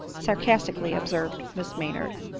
sarcastically observed miss maynard,